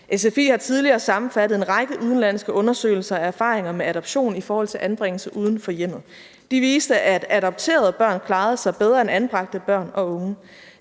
SFI har tidligere sammenfattet en række udenlandske undersøgelser af erfaringer med adoption i forhold til anbringelse uden for hjemmet. De viste, at adopterede børn klarede sig bedre end anbragte børn og unge.